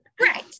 Right